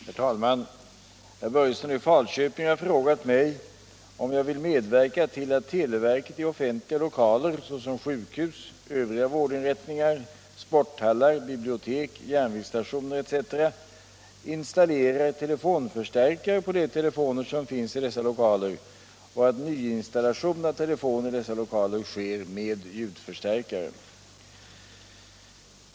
Herr talman! Herr Börjesson i Falköping har frågat mig om jag vill medverka till att televerket i offentliga lokaler såsom sjukhus, övriga vårdinrättningar, sporthallar, bibliotek, järnvägsstationer etc. installerar telefonförstärkare på de telefoner som finns i dessa lokaler och att nyinstallation av telefon i dessa lokaler sker med ljudförstärkare.